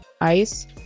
ice